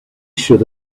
should